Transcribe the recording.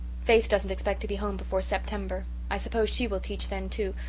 faith doesn't expect to be home before september. i suppose she will teach then too,